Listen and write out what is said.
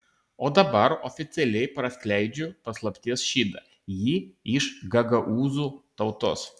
o dabar oficialiai praskleidžiu paslapties šydą ji iš gagaūzų tautos